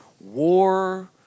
war